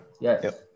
Yes